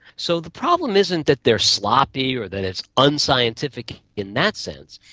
so the problem isn't that they are sloppy or that it's unscientific in that sense,